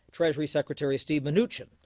treasury secretary steve mnuchin,